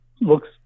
looks